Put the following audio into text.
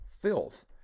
Filth